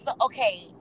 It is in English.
okay